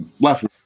left